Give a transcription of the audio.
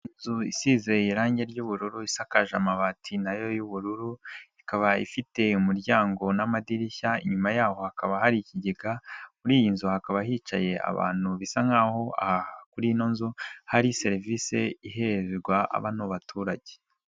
Inzu isize irangi ry'ubururu isakaje amabati na yo y'ubururu, ikaba ifite umuryango n'amadirishya, inyuma y'aho hakaba hari ikigega, muri iyi nzu hakaba hicaye abantu bisa nk'aho aha kuri ino nzu hari serivisi iherwa bano baturage.